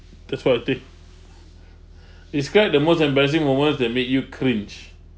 that's what I think describe the most embarrassing moments that made you cringe